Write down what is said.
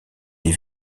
des